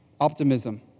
optimism